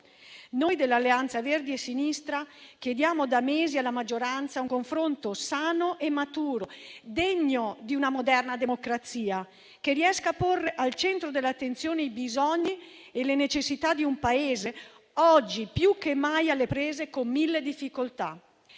Noi dell'Alleanza Verdi e Sinistra chiediamo da mesi alla maggioranza un confronto sano e maturo, degno di una moderna democrazia, che riesca a porre al centro dell'attenzione i bisogni e le necessità di un Paese oggi più che mai alle prese con mille difficoltà.